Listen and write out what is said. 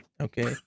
Okay